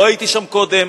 לא הייתי שם קודם,